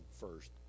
first